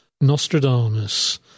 Nostradamus